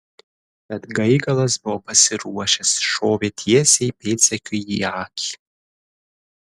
bet gaigalas buvo pasiruošęs šovė tiesiai pėdsekiui į akį